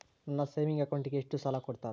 ನನ್ನ ಸೇವಿಂಗ್ ಅಕೌಂಟಿಗೆ ಎಷ್ಟು ಸಾಲ ಕೊಡ್ತಾರ?